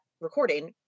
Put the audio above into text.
recording